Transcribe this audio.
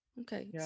Okay